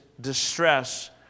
distress